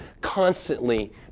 constantly